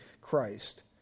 Christ